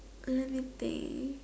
anything